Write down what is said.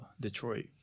Detroit